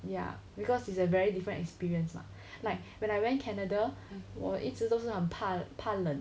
ya because it's a very different experience lah like when I went canada 我一直都是很怕怕冷